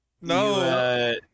No